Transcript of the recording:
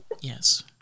Yes